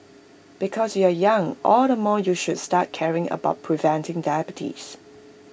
because you are young all the more you should start caring about preventing diabetes